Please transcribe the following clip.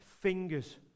fingers